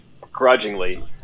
grudgingly